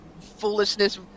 foolishness